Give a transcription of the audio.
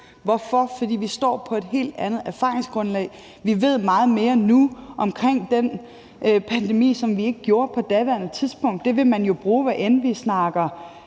Hvorfor? Fordi vi står på et helt andet erfaringsgrundlag. Vi ved meget mere nu omkring den pandemi, end vi gjorde på daværende tidspunkt. Det ville man jo bruge, hvad end vi